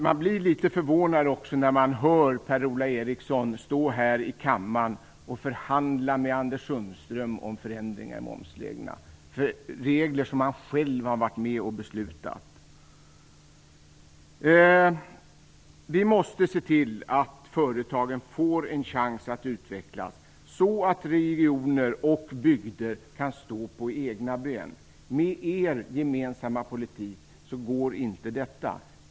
Man blir litet förvånad när man hör Per-Ola Eriksson här i kammaren förhandla med Anders Sundström om förändring i momsreglerna, regler som han själv har varit med om att besluta. Vi måste se till att företagen får en chans att utvecklas så att regioner och bygder kan stå på egna ben. Med er gemensamma politik går inte detta.